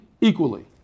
equally